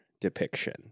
depiction